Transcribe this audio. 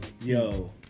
Yo